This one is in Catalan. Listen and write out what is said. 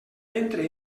ventre